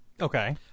Okay